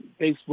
Facebook